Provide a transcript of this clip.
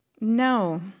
No